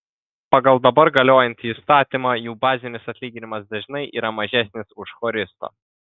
pagal dabar galiojantį įstatymą jų bazinis atlyginimas dažnai yra mažesnis už choristo